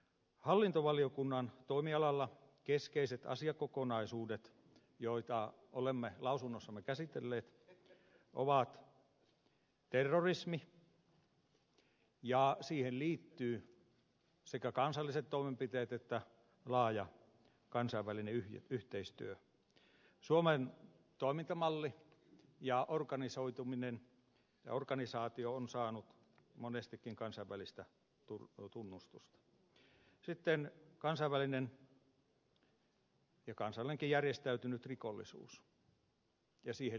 hallintovaliokunnan toimialalla keskeisiä asiakokonaisuuksia joita olemme lausunnossamme käsitelleet ovat terrorismi ja siihen liittyy sekä kansalliset toimenpiteet että laaja kansainvälinen yhteistyö suomen toimintamalli ja organisaatio on saanut monestikin kansainvälistä tunnustusta ja sitten kansainvälinen ja kansallinenkin järjestäytynyt rikollisuus ja siihen liittyvät toimet